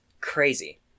crazy